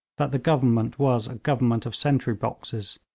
that the government was a government of sentry-boxes,